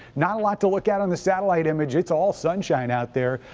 not a lot to look at on the satellite image, it's all sunshine out there.